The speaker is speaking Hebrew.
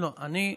לא, אני,